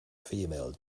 female